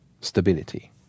stability